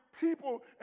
people